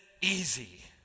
easy